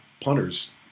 punters